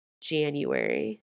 January